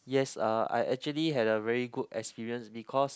yes uh I actually had a very good experience because